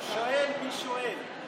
מי שאל את